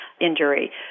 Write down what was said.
injury